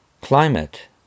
climate